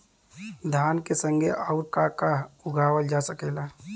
धान के संगे आऊर का का उगावल जा सकेला?